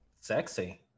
sexy